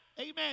amen